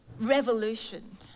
revolution